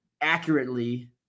accurately